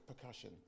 percussion